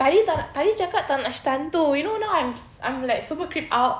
tadi tak nak tadi cakap tak nak cerita hantu you know now I'm like super creeped out